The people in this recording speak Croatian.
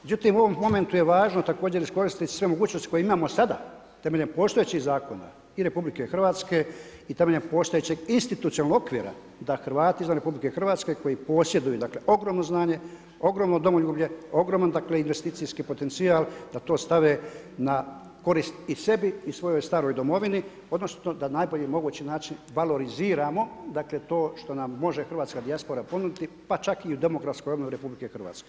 Međutim u ovom momentu je važno također iskoristit sve mogućnosti koje imamo sada temeljem postojećih zakona i RH i temeljem postojećeg institucionalnog okvira da Hrvati izvan RH koji posjeduju ogromno znanje, ogromno domoljublje, ogroman investicijski potencijal, da to stave na korist i sebi i svojoj staroj domovini, odnosno na najbolji mogući način valoriziramo to što nam može hrvatska dijaspora ponuditi pa čak i u demografskoj obnovi RH.